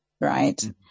right